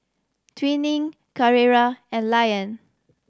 Twining Carrera and Lion